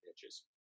pitches